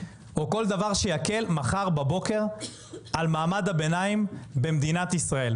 או כל דבר שיקל מחר בבוקר על מעמד הביניים במדינת ישראל.